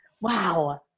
wow